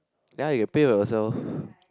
ya you can pay by yourself